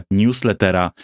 newslettera